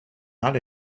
not